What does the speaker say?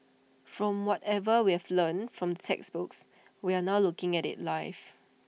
from whatever we've learnt from textbooks we're now looking at IT live